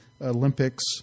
Olympics